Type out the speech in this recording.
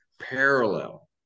parallel